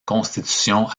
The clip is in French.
constitution